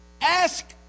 Ask